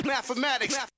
Mathematics